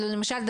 למשל,